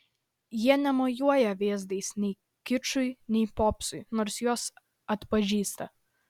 jie nemojuoja vėzdais nei kičui nei popsui nors juos atpažįsta